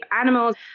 animals